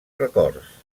rècords